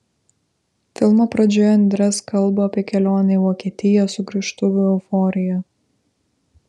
filmo pradžioje andres kalba apie kelionę į vokietiją sugrįžtuvių euforiją